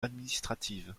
administrative